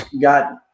got